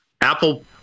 Apple